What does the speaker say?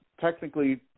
technically